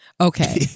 Okay